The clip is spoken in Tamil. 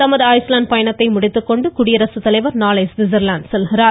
தமது ஐஸ்லாண்ட் பயணத்தை முடித்துக்கொண்டு குடியரசுத்தலைவா் நாளை ஸ்விட்சர்லாந்து செல்கிறார்